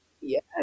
Yes